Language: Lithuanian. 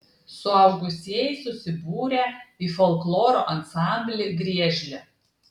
suaugusieji susibūrę į folkloro ansamblį griežlė